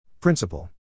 Principle